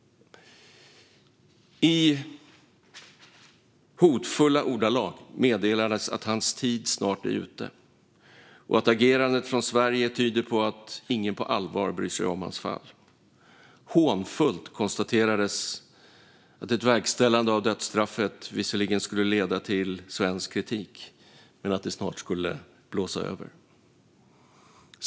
I hotfulla ordalag meddelades att hans tid snart är ute och att agerandet från Sverige tyder på att ingen på allvar bryr sig om hans fall. Hånfullt konstaterades att ett verkställande av dödsstraffet visserligen skulle leda till svensk kritik men att det snart skulle blåsa över.